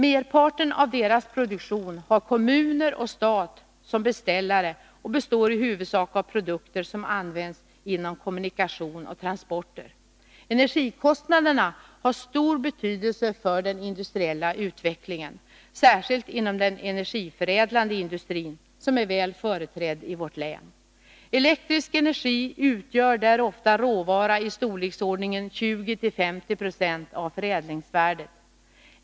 Merparten av deras produktion har kommuner och stat som beställare och består i huvudsak av produkter som används inom kommunikation och transporter. Energikostnaderna har stor betydelse för den industriella utvecklingen, särskilt inom den energiförädlande industrin som är väl företrädd i vårt län. Elektrisk energi utgör där ofta råvara i storleksordningen 20-50 26 av förädlingsvärdet.